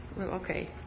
okay